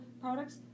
products